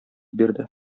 бирде